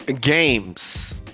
Games